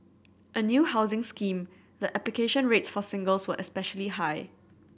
a new housing scheme the application rates for singles were especially high